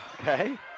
okay